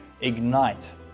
Ignite